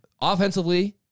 Offensively